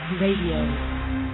Radio